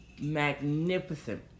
magnificent